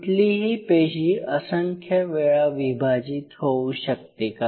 कुठलीही पेशी असंख्य वेळा विभाजीत होऊ शकते का